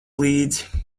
līdzi